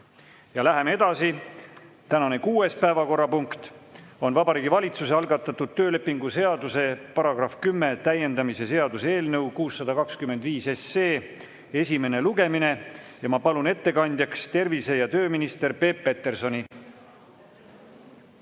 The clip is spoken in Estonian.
Läheme edasi. Tänane kuues päevakorrapunkt on Vabariigi Valitsuse algatatud töölepingu seaduse § 10 täiendamise seaduse eelnõu 625 esimene lugemine. Ma palun ettekandjaks tervise‑ ja tööminister Peep Petersoni.